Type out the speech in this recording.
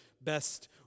best